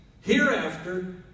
hereafter